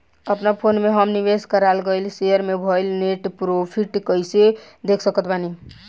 अपना फोन मे हम निवेश कराल गएल शेयर मे भएल नेट प्रॉफ़िट कइसे देख सकत बानी?